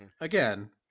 Again